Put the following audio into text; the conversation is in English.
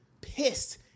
pissed